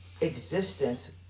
existence